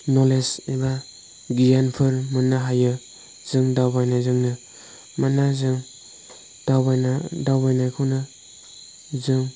knowledge एबा गियानफोर मोननो हायो जों दावबायनायजोंनो मानोना जों दावबायखौनो